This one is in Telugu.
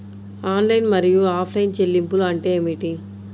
ఆన్లైన్ మరియు ఆఫ్లైన్ చెల్లింపులు అంటే ఏమిటి?